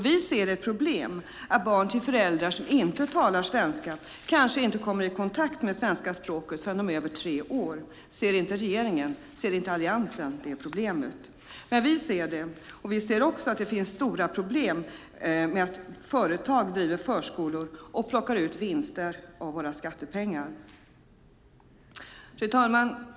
Vi ser ett problem med att barn till föräldrar som inte talar svenska kanske inte kommer i kontakt med svenska språket förrän de är över tre år. Ser inte regeringen och Alliansen det problemet? Vi ser det. Vi ser också att det finns stora problem med att företag driver förskolor och plockar ut vinster av våra skattepengar. Fru talman!